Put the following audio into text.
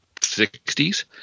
60s